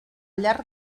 llarg